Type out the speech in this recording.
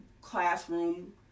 classroom